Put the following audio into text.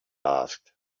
asked